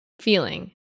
Feeling